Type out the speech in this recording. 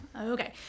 Okay